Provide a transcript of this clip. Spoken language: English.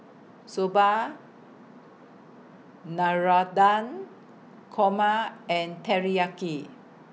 Soba Navratan Korma and Teriyaki